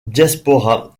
diaspora